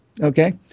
okay